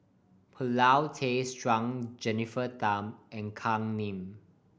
Paulin Tay Straughan Jennifer Tham and Kam Ning